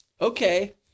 Okay